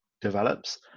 develops